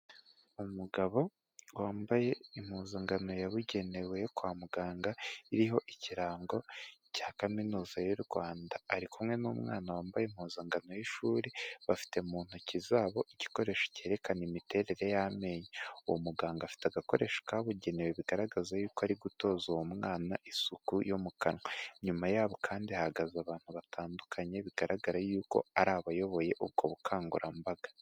Umugabo wambaye impuzankano yabugenewe yo kwa muganga iriho ikirango cya kaminuza y'u rwanda ari kumwe n'umwana wambaye impuzankano y'ishuri bafite mu intoki zabo igikoresho cyerekana imiterere y'amenyo uwo muganga afite agakoresho kabugenewe bigaragaza yuko ari gutoza uwo mwana isuku yo mu kanwa inyuma yabo kandi hagaze abantu batandukanye bigaragara yuko ari abayoboye ubwo bukangurambaga